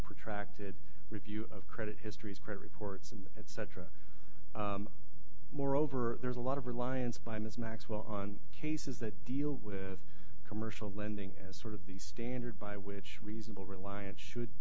protracted review of credit histories credit reports etc moreover there's a lot of reliance by ms maxwell on cases that deal with commercial lending as sort of the standard by which reasonable reliance should